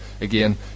Again